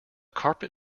carpet